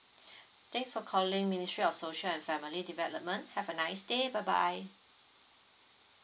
thanks for calling ministry of social and family development have a nice day bye bye